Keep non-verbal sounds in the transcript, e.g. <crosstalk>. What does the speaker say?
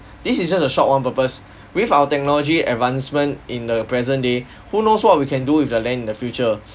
this is just a short one purpose <breath> with our technology advancement in the present day <breath> who knows what we can do with the land in the future